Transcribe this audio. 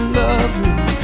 lovely